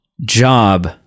job